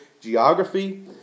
geography